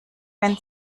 wenn